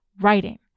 writing